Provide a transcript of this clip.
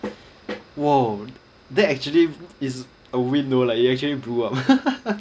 !whoa! that actually is a win though like it actually blew up